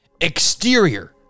Exterior